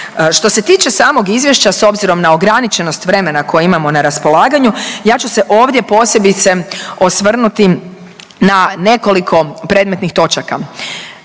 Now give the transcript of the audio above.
Što se tiče samog izvješća s obzirom na ograničenost vremena koje imamo na raspolaganju ja ću se ovdje posebice osvrnuti na nekoliko predmetnih točaka